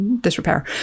disrepair